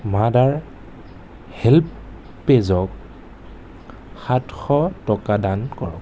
mother help পেজক সাতশ টকা দান কৰক